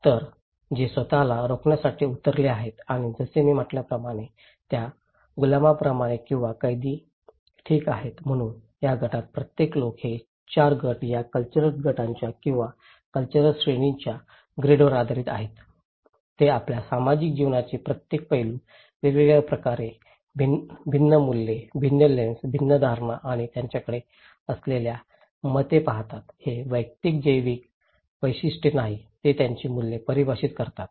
तर जे स्वत ला रोखण्यासाठी उरले आहेत आणि जसे मी म्हटल्याप्रमाणे त्या गुलामाप्रमाणे किंवा कैदी ठीक आहेत म्हणून या गटातील प्रत्येक लोक हे 4 गट या कॅल्चरल गटांच्या किंवा कॅल्चरल श्रेणींच्या ग्रिडवर आधारित आहेत ते आपल्या सामाजिक जीवनाचे प्रत्येक पैलू वेगवेगळ्या प्रकारे भिन्न मूल्ये भिन्न लेन्स भिन्न धारणा आणि त्यांच्याकडे असलेल्या मते पाहतात हे वैयक्तिक जैविक वैशिष्ट्ये नाहीत जे त्यांची मूल्ये परिभाषित करतात